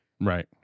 Right